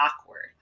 awkward